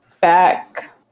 back